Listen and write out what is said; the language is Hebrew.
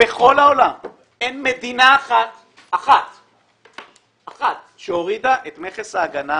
בכל העולם אין מדינה אחת שהורידה את מכס ההגנה